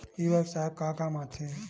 ई व्यवसाय का काम आथे?